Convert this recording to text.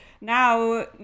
Now